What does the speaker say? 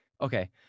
okay